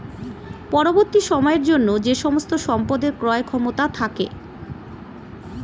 পরবর্তী সময়ের জন্য যে সমস্ত সম্পদের ক্রয় ক্ষমতা থাকে